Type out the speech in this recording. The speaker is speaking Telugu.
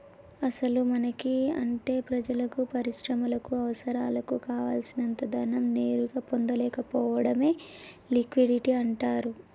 అసలు మనకి అంటే ప్రజలకు పరిశ్రమలకు అవసరాలకు కావాల్సినంత ధనం నేరుగా పొందలేకపోవడమే లిక్విడిటీ అంటారు